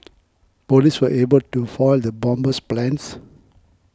police were able to foil the bomber's plans